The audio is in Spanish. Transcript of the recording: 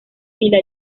fila